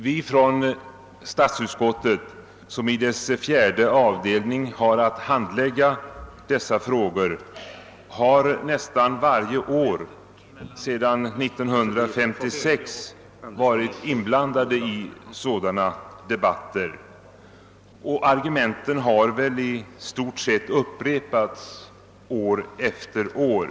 Vi som inom statsutskottets fjärde avdelning har att handlägga dessa frågor har nästan varje år sedan 1956 varit inblandade i sådana debatter, och argumenten har väl i stort sett upprepats år efter år.